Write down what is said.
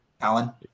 Alan